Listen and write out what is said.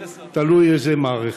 תלוי איזו מערכת.